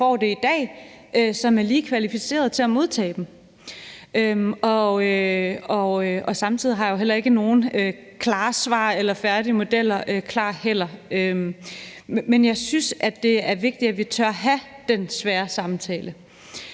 som er lige kvalificerede til at modtage dem. Samtidig har jeg jo heller ikke nogen svar eller færdige modeller klar. Men jeg synes, det er vigtigt, at vi tør have den svære samtale,